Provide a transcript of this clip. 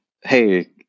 hey